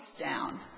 down